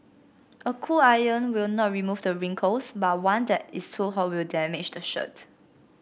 a cool iron will not remove the wrinkles but one that is too hot will damage the shirt